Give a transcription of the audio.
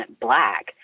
black